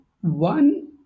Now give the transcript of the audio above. one